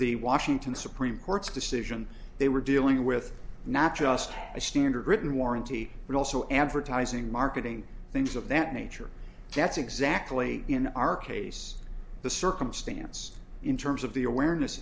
the washington supreme court's decision they were dealing with not just a standard written warranty but also advertising marketing things of that nature that's exactly in our case the circumstance in terms of the awareness